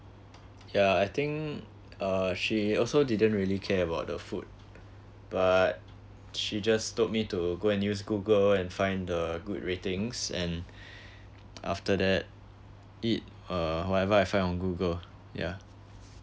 ya I think uh she also didn't really care about the food but she just told me to go and use google and find the good ratings and after that eat uh whatever I found on google ya